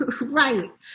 Right